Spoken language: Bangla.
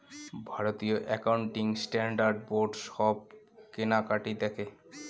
ভারতীয় একাউন্টিং স্ট্যান্ডার্ড বোর্ড সব কেনাকাটি দেখে